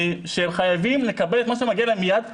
הם חייבים לקבל את מה שמגיע להם מייד.